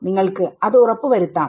നിങ്ങൾക്ക് അത് ഉറപ്പ് വരുത്താം